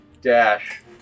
dash